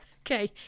Okay